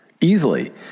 easily